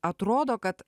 atrodo kad